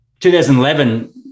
2011